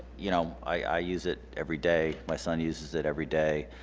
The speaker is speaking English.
you know i use it every day. my son uses it every day